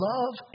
Love